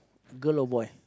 girl or boy